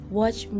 watch